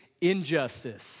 injustice